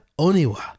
Oniwa